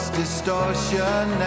distortion